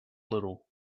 little